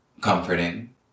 comforting